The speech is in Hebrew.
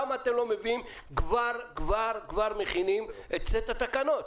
למה אתם לא מכינים כבר את סט התקנות?